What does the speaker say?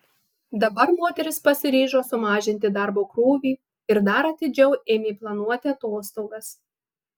dabar moteris pasiryžo sumažinti darbo krūvį ir dar atidžiau ėmė planuoti atostogas